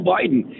Biden